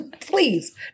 Please